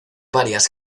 varias